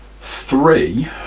Three